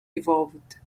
evolved